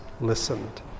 listened